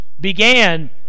began